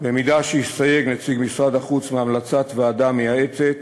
במידה שיסתייג נציג משרד החוץ מהמלצת ועדה מייעצת